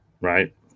right